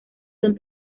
son